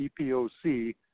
EPOC